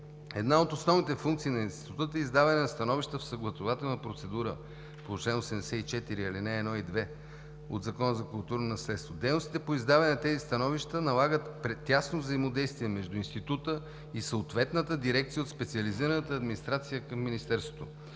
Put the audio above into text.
Една от основните функции на Института е да издава становища в съгласувателна процедура по чл. 84, ал. 1 и 2 от Закона за културното наследство. Дейностите по издаване на тези становища налагат тясно взаимодействие между Института и съответната дирекция от специализираната администрация към Министерството.